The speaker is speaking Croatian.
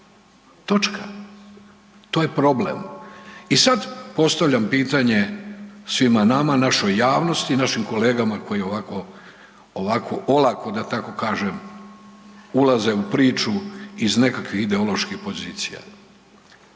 Točka. To je problem. I sad postavljam pitanje svima nama, našoj javnosti, našim kolegama koji ovako, ovako olako da tako kažem, ulaze u priču iz nekakvih ideoloških pozicija.